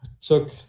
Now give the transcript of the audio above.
took